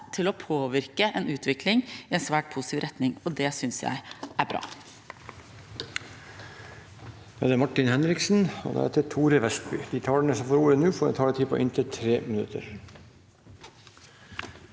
til å påvirke en utvikling i en svært positiv retning, og det synes jeg er bra.